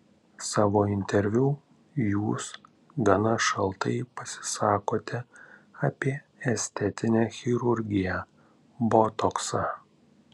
savo interviu jūs gana šaltai pasisakote apie estetinę chirurgiją botoksą